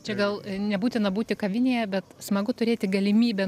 čia gal nebūtina būti kavinėje bet smagu turėti galimybę